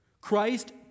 Christ